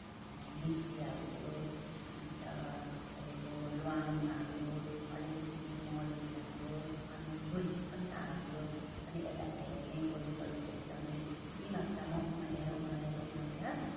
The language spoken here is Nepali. मेथी हाल्छु अन्त तपाईँको ल्वाङ हाल्यो अलिकति मरिच हाल्यो अनि तुलसी पत्ता हाल्यो अनि यसलाई धेरै नै बोयल गरेर एकदमै बेसी मात्रामा उमालेर उमालेर उमालेर